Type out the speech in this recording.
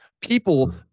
people